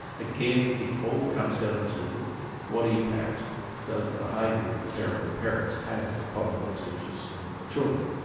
again, it all comes down to what impact does the behaviour of the parent or parents have upon the best interests of the children.